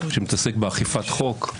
שמתעסק באכיפת חוק,